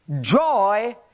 Joy